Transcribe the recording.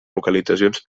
localitzacions